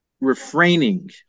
refraining